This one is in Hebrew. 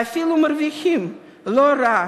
ואפילו מרוויחים לא רע,